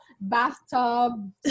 bathtub